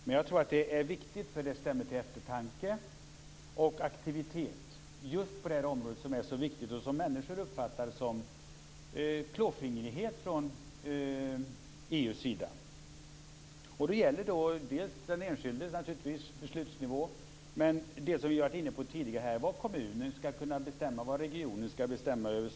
Men jag tror att det är viktigt, eftersom det stämmer till eftertanke och aktivitet just på det här området som är så viktigt och som människor uppfattar som klåfingrighet från EU:s sida. Det gäller dels naturligtvis den enskildes beslutsnivå, dels det som vi har varit inne på här tidigare, nämligen vad kommunen, regionen och staten skall kunna bestämma över.